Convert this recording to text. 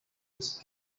use